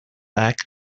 act